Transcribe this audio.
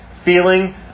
feeling